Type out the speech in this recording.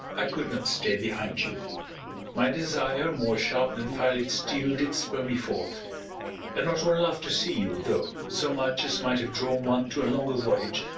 i could not stay behind you my desire, more sharp than filed steel, did spur me forth and not all love to see you, though so much as might have drawn one to a longer voyage,